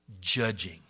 judging